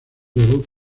debut